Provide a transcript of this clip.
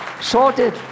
Sorted